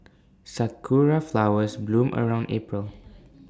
Sakura Flowers bloom around April